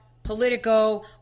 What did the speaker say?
Politico